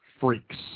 freaks